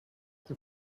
the